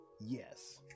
yes